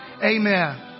Amen